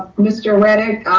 mr. redick.